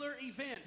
event